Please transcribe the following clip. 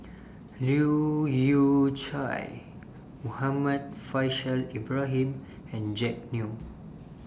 Leu Yew Chye Muhammad Faishal Ibrahim and Jack Neo